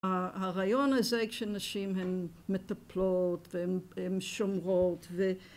הרעיון הזה כשנשים הן מטפלות והן שומרות